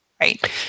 right